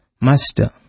Master